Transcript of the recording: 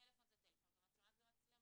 טלפון זה טלפון ומצלמה זו מצלמה,